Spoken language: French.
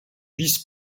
vice